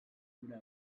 cura